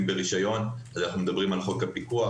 ברשיון אנחנו מדברים על חוק הפיקוח,